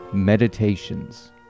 Meditations